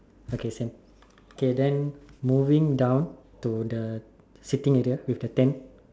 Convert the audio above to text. okay same okay then moving down to the sitting area with then tent